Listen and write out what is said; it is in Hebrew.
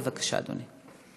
בבקשה, אדוני.